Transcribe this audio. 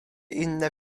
inne